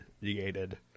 negated